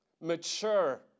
Mature